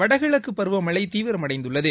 வடகிழக்குபருவமழைதீவிரமடைந்துள்ளது